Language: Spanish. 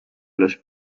los